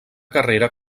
carrera